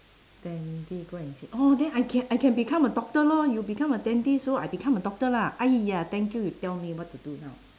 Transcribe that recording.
dentist go and see orh then I can I can become a doctor lor you become a dentist so I become a doctor lah !aiya! thank you you tell me what to do now